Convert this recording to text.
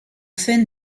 fin